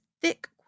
thick